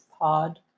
Pod